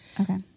Okay